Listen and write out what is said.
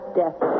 death